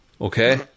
Okay